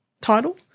title